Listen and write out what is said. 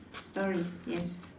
stories yes